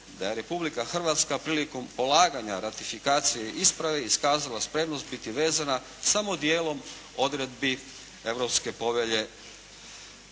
da je Republika Hrvatska prilikom polaganja ratifikacije i isprave, pokazala spremnost biti vezana samo dijelom odredbi Europske povelje.